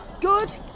good